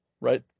right